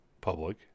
public